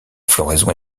floraison